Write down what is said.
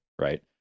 right